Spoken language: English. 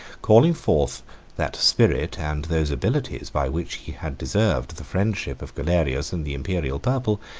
calling forth that spirit and those abilities by which he had deserved the friendship of galerius and the imperial purple,